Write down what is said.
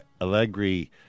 Allegri